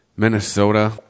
Minnesota